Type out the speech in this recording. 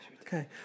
Okay